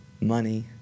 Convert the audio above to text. money